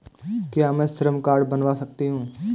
क्या मैं श्रम कार्ड बनवा सकती हूँ?